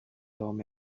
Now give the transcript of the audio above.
دام